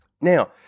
Now